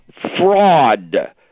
fraud